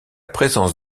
présence